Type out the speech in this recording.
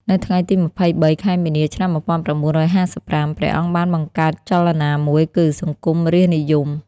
នៅថ្ងៃទី២៣ ខែមីនា ឆ្នាំ១៩៥៥ ព្រះអង្គបានបង្កើតចលនាមួយ គឺ សង្គមរាស្ត្រនិយម។